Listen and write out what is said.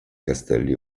castelli